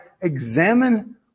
examine